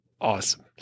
Awesome